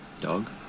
dog